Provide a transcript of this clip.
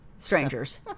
Strangers